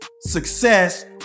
success